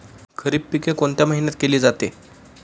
खरीप पिके कोणत्या महिन्यात केली जाते?